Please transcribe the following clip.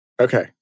Okay